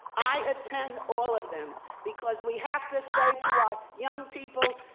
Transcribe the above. i attend all of them, because we have to say to our young people,